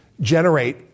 generate